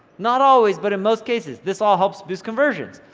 not always, but in most cases. this all helps boost conversions.